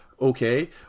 Okay